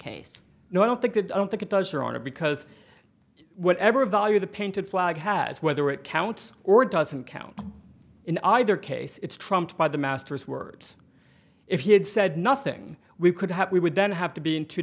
case no i don't think that i don't think it does your honor because whatever value the painted flag has whether it counts or doesn't count in either case it's trumped by the master's words if you had said nothing we could have we would then have to be in two